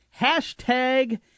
hashtag